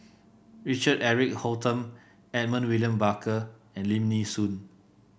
Richard Eric Holttum Edmund William Barker and Lim Nee Soon